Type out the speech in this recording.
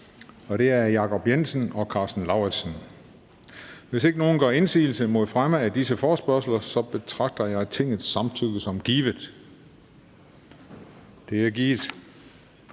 Den fg. formand (Christian Juhl): Hvis ingen gør indsigelse mod fremme af disse forespørgsler, betragter jeg Tingets samtykke som givet. Det er givet.